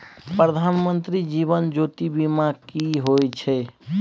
प्रधानमंत्री जीवन ज्योती बीमा की होय छै?